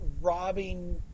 robbing